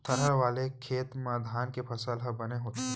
थरहा वाले खेत म धान के फसल ह बने होथे